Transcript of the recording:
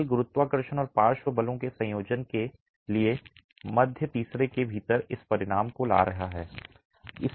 खेल गुरुत्वाकर्षण और पार्श्व बलों के संयोजन के लिए मध्य तीसरे के भीतर इस परिणाम को ला रहा है